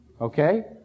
Okay